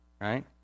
right